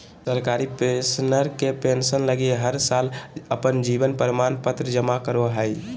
सरकारी पेंशनर के पेंसन लगी हर साल अपन जीवन प्रमाण पत्र जमा करो हइ